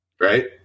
Right